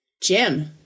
Jim